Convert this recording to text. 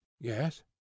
Yes